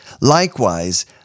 Likewise